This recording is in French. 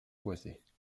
boisées